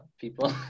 people